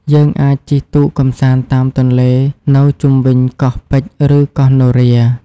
យើងអាចជិះទូកកម្សាន្តតាមទន្លេនៅជុំវិញកោះពេជ្រ ឬកោះនរា។